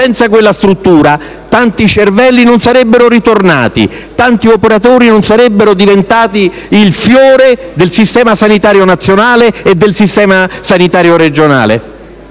senza quella struttura tanti cervelli non sarebbero tornati, tanti operatori non sarebbero diventati il fiore del sistema sanitario nazionale e del sistema sanitario regionale.